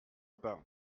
pas